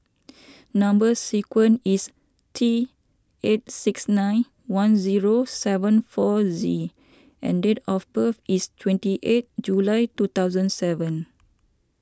Number Sequence is T eight six nine one zero seven four Z and date of birth is twenty eight July two thousand seven